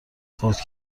فوت